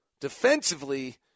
defensively